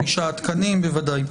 הוא אמור לעשות בדיקה ו-95 תקנים.